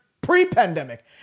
pre-pandemic